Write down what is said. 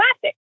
Classic